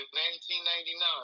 1999